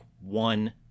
one